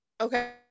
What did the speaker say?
okay